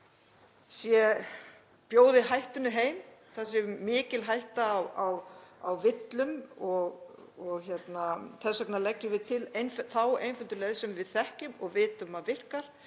bjóði hættunni heim, það sé mikil hætta á villum. Þess vegna leggjum við til þá einföldu leið sem við þekkjum og vitum að virkar.